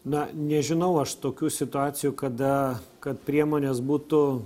na nežinau aš tokių situacijų kada kad priemonės būtų